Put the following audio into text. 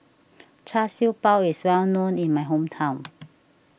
Char Siew Bao is well known in my hometown